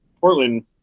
portland